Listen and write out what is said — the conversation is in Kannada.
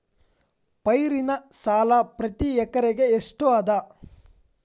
ಪೈರಿನ ಸಾಲಾ ಪ್ರತಿ ಎಕರೆಗೆ ಎಷ್ಟ ಅದ?